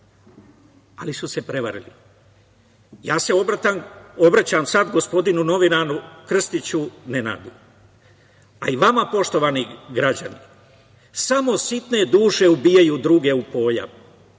ali su se prevarili. Ja se obraćam sada gospodinu novinaru, Nenadu Krstiću, a i vama poštovani građani, samo sitne duše ubijaju druge u pojam,